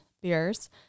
beers